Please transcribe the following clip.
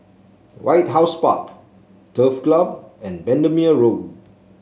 White House Park Turf Club and Bendemeer Road